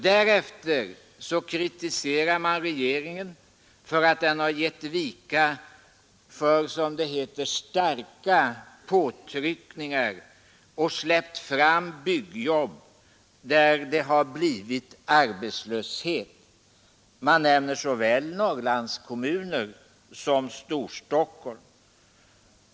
Därefter kritiserar man regeringen för att den har gett vika för, som det heter, ”starka påtryckningar”, och släppt fram byggjobb där det har blivit arbetslöshet. Man nämner såväl Norrlandskommuner som Storstockholm.